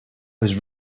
was